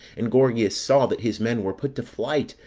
and gorgias saw that his men were put to flight,